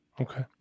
Okay